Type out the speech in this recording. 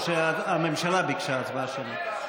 או שהממשלה ביקשה הצבעה שמית?